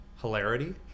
Hilarity